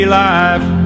life